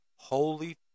holy